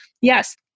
yes